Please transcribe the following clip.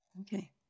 Okay